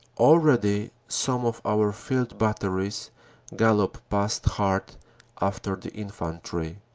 already some of our field batteries gallop past hard after the infantry.